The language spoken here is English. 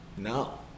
No